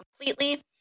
completely